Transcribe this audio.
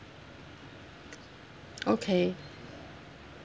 okay